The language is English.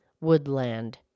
woodland